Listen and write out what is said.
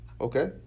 okay